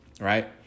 right